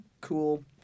cool